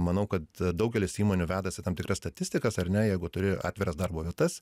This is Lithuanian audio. manau kad daugelis įmonių vedasi tam tikras statistikas ar ne jeigu turi atviras darbo vietas